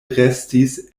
restis